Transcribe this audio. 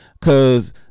cause